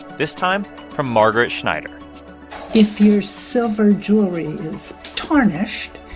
this time from margaret schneider if your silver jewelry is tarnished,